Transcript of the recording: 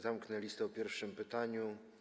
Zamknę listę po pierwszym pytaniu.